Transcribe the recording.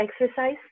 exercise